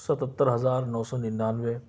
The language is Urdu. ستہتر ہزار نو سو ننانوے